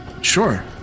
Sure